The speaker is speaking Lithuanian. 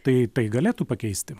tai tai galėtų pakeisti